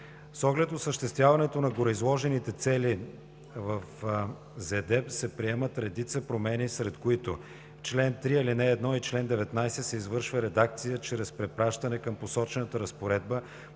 С оглед осъществяването на гореизложените цели в ЗЕДЕП се предприемат редица промени, сред които: в чл. 3, ал 1 и чл. 19 се извършва редакция чрез препращане към посочената разпоредба